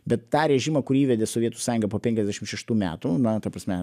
bet tą režimą kurį įvedė sovietų sąjunga po penkiasdešimt šeštų metų na ta prasme